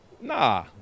nah